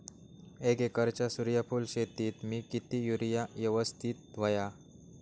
एक एकरच्या सूर्यफुल शेतीत मी किती युरिया यवस्तित व्हयो?